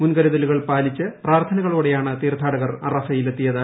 മുൻകരുതലുകൾ പാലിച്ച് പ്രാർത്ഥനകളോടെയാണ് തീർത്ഥാടകർ അറഫയിലെത്തിയത്